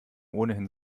ohnehin